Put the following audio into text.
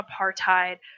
apartheid